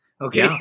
Okay